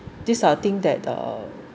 these are things that uh